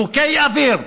חוקי אוויר.